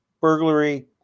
Burglary